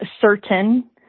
certain